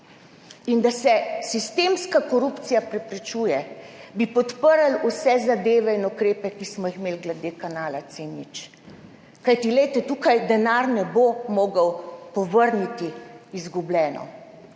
in da se sistemska korupcija preprečuje, bi podprli vse zadeve in ukrepe, ki smo jih imeli glede Kanala C0, kajti glejte, tukaj denar ne bo mogel povrniti, izgubljeno.